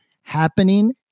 happening